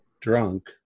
drunk